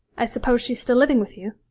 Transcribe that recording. i suppose she is still living with you?